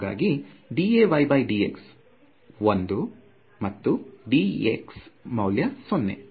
ಹಾಗಾಗಿ dAy dx 1 ಮತ್ತು Ax ಮೌಲ್ಯ 0